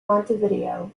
montevideo